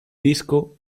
disco